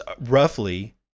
roughly